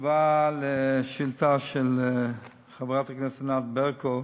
תשובה לשאילתה של חברת הכנסת ענת ברקו: